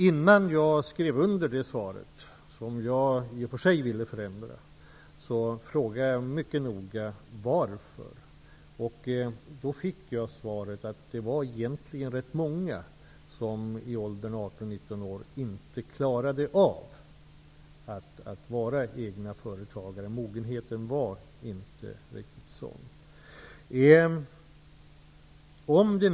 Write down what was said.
Innan jag skrev under mitt svar, som jag i och för sig hade velat ändra, frågade jag mycket noga vad som låg bakom detta, och då fick jag beskedet att det var rätt många som i åldern 18--19 år inte klarade av att vara egna företagare. Deras mogenhet var inte riktigt tillräcklig.